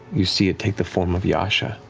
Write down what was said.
you see it take the form of yasha,